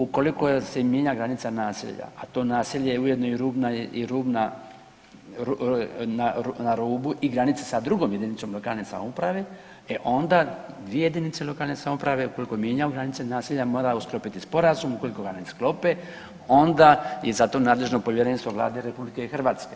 Ukoliko se mijenja granica naselja, a to naselje ujedno je i rubna, na rubu i granice sa drugom jedinicom lokalne samouprave, e onda dvije jedinice lokalne samouprave ukoliko mijenjaju granice naselja, moraju sklopiti sporazum, ukoliko ga ne sklope onda je za to nadležno Povjerenstvo Vlade RH.